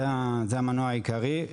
זה המנוע העיקרי,